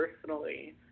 personally